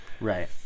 Right